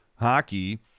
hockey